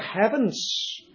heavens